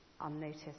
unnoticed